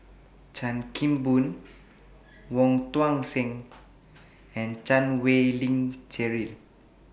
Chan Kim Boon Wong Tuang Seng and Chan Wei Ling Cheryl